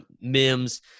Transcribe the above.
Mims